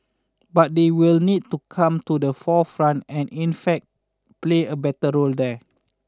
but they will need to come to the forefront and in fact play a better role there